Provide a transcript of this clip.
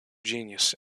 genius